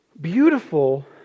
beautiful